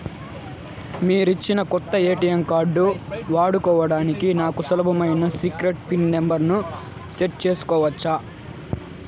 మీరిచ్చిన కొత్త ATM card వాడుకోవడానికి నాకు సులభమైన సీక్రెట్ పిన్ నెంబర్ ను సెట్ సేసుకోవచ్చా?